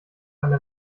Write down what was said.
eine